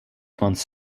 months